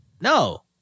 No